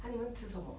!huh! 你们吃什么